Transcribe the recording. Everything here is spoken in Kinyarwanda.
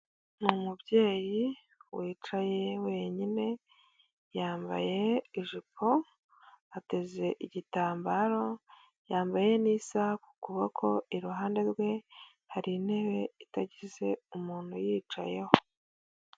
Ni umubyeyi wicaye wenyine, yambaye ijipo, ateze igitambaro, yambaye n'isaha ku kuboko, iruhande rwe hari intebe itagize umuntu uyicayeho.